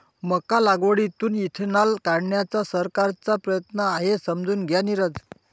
मका लागवडीतून इथेनॉल काढण्याचा सरकारचा प्रयत्न आहे, समजून घ्या नीरज